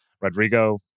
Rodrigo